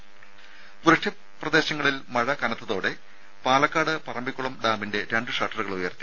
രേര വൃഷ്ടി പ്രദേശങ്ങളിൽ മഴ കനത്തോടെ പാലക്കാട് പറമ്പിക്കുളം ഡാമിന്റെ രണ്ട് ഷട്ടറുകൾ ഉയർത്തി